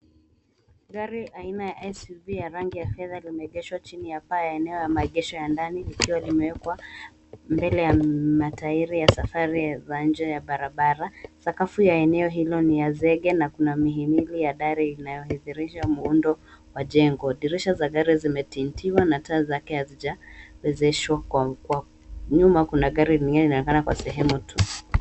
Gari aina ya SUV ya rangi ya fedha limeegeshwa chini ya paa ya eneo ya maegesho ya ndani likiwa limewekwa mbele ya matairi ya safari za nje ya barabara. Sakafu ya eneo hilo ni ya zege na kuna mihimili ya dari inayohidhirisha muundo wa jengo. Dirisha za gari zime tintiwa na taa zake hazijawezeshwa. Kwa nyuma kuna gari nyingine inaonekana kwa sehemu tuuh.